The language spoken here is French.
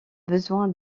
besoin